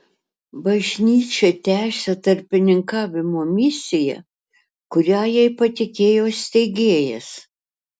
bažnyčia tęsia tarpininkavimo misiją kurią jai patikėjo steigėjas